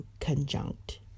conjunct